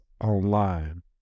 online